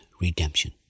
redemption